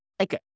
Okay